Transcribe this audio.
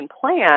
plan